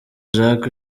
jacques